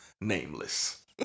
nameless